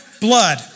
blood